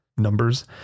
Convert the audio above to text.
numbers